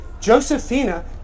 Josephina